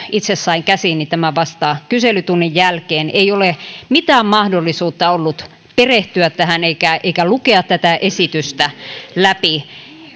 itse sain käsiini tämän vasta kyselytunnin jälkeen ei ole mitään mahdollisuutta ollut perehtyä tähän eikä eikä lukea tätä esitystä läpi